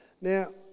Now